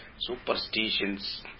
superstitions